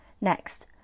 Next